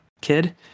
kid